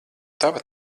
tava